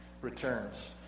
returns